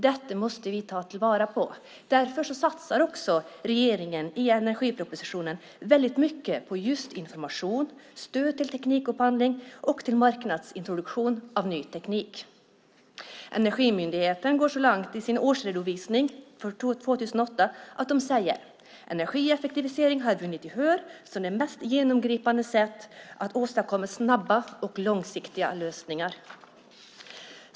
Detta måste vi ta till vara, och därför satsar regeringen i energipropositionen väldigt mycket på just information, stöd till teknikupphandling och stöd till marknadsintroduktion av ny teknik. Energimyndigheten går så långt i sin årsredovisning för 2008 att de säger: Energieffektivisering har vunnit gehör som det mest genomgripande sättet att åstadkomma snabba och långsiktiga lösningar.